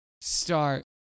start